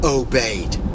obeyed